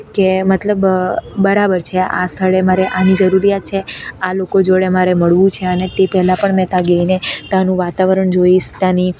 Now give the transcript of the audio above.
કે મતલબ બરાબર છે આ સ્થળે મારે આની જરૂરિયાત છે આ લોકો જોડે મારે મળવું છે અને તે પહેલાં પણ મેં ત્યાં ગઈને ત્યાંનું વાતાવરણ જોઈશ ત્યાંની